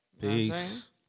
Peace